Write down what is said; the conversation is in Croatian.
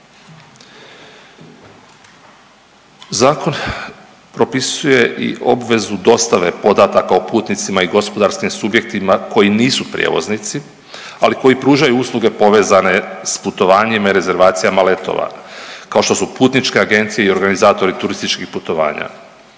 Zakon propisuje i obvezu dostave podataka o putnicima i gospodarskim subjektima koji nisu prijevoznici, ali koji pružaju usluge povezane s putovanjima i rezervacijama letova kao što su putničke agencije i organizatori turističkih putovanja.